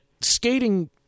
skating